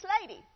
lady